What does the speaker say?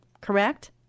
correct